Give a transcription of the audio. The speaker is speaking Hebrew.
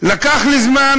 לקח לי זמן